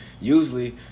usually